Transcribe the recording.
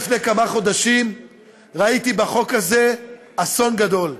לפני כמה חודשים ראיתי בחוק הזה אסון גדול.